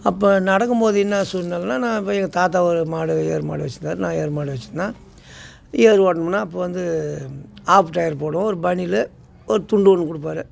அப்போ நடக்கும் போது என்ன சூழ்நிலைனா நான் போய் எங்கள் தாத்தாவோடய மாடு ஏர் மாடு வச்சிருந்தாரு நான் ஏர் மாடு வச்சிருந்தேன் ஏர் ஓட்டணும்னா அப்போ வந்து ஆஃப் டிராயர் போடுவோம் ஒரு பனியன் ஒரு துண்டு ஒன்று கொடுப்பாரு